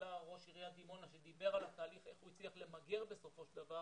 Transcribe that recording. עלה ראש עיריית דימונה שדיבר על איך הוא הצליח למגר בסופו של דבר